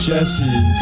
Jesse